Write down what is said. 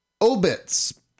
Obits